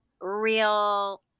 real